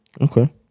Okay